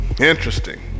Interesting